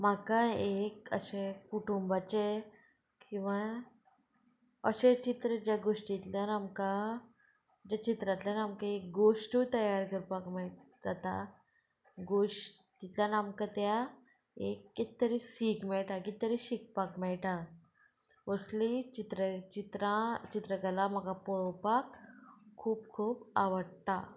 म्हाका एक अशें कुटुंबाचें किंवां अशें चित्र ज्या गोश्टींतल्यान आमकां ज्या चित्रांतल्यान आमकां एक गोश्टूत तयार करपाक मेळ जाता गोश्ट तितल्यान आमकां त्या एक कित तरी सीक मेळटा कित तरी शिकपाक मेळटा असलीं चित्र चित्रां चित्रकला म्हाका पळोवपाक खूब खूब आवडटा